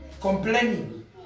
Complaining